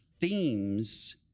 themes